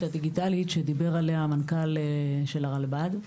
והדיגיטלית שדיבר עליה מנכ"ל הרלב"ד.